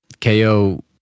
KO